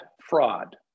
fraud